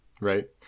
right